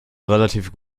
relativ